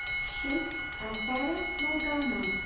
sheik el fata morgano.